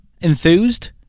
Enthused